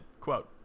Quote